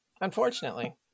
Unfortunately